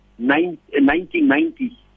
1990